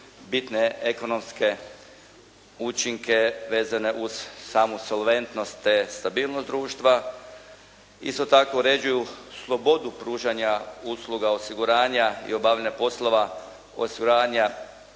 bitne ekonomske učinke vezane uz samu solventnost, te stabilnost društva. Isto tako uređuju slobodu pružanja usluga osiguranja i obavljanja poslova osiguranja